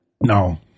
No